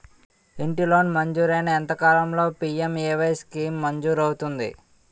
ఇంటి లోన్ మంజూరైన ఎంత కాలంలో పి.ఎం.ఎ.వై స్కీమ్ మంజూరు అవుతుంది?